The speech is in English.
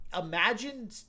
Imagine